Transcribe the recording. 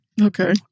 Okay